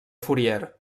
fourier